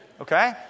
Okay